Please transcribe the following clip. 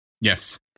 Yes